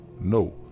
No